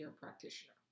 practitioner